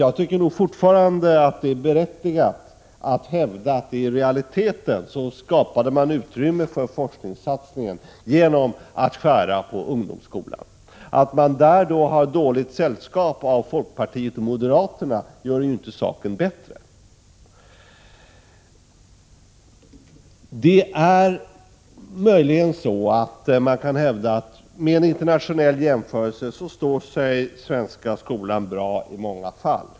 Jag tycker fortfarande att det är berättigat att hävda att man i realiteten skapade utrymme för forskningssatsningen genom att skära ned på ungdomsskolan. Att man är i dåligt sällskap med folkpartiet och moderaterna gör inte saken bättre. Möjligen kan man hävda att den svenska skolan i en internationell jämförelse står sig bra i många avseenden.